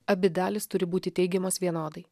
abi dalys turi būti teigiamos vienodai